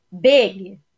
big